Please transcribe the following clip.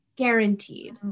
guaranteed